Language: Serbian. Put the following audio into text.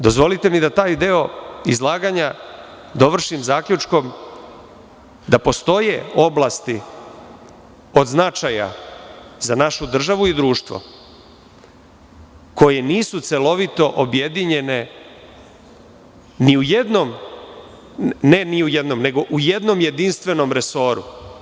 Dozvolite mi da taj deo izlaganja dovršim zaključkom da postoje oblasti od značaja za našu državu i društvo koji nisu celovito objedinjene u jednom jedinstvenom resoru.